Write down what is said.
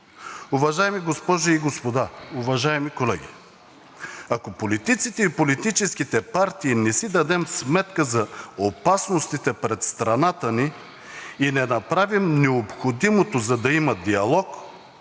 Уважаеми госпожи и господа, уважаеми колеги! Ако политиците и политическите партии не си дадем сметка за опасностите пред страната ни и не направим необходимото, за да има диалог,